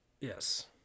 Yes